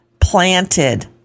planted